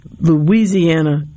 louisiana